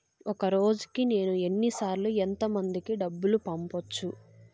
ఒక రోజుకి నేను ఎన్ని సార్లు ఎంత మందికి డబ్బులు పంపొచ్చు?